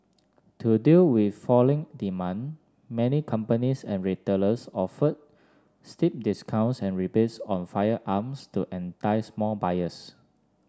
to deal with falling demand many companies and retailers offered steep discounts and rebates on firearms to entice more buyers